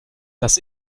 das